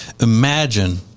imagine